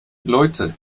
leute